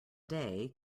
day